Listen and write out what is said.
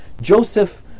Joseph